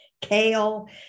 kale